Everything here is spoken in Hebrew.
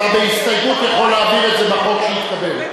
אתה בהסתייגות יכול להעביר את זה בחוק שיתקבל.